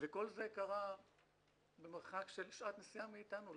וכל זה קרה במרחק של שעת נסיעה מאתנו.